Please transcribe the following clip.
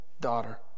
daughter